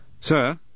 Sir